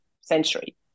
century